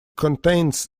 contains